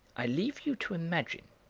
i leave you to imagine,